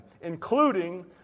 including